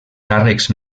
càrrecs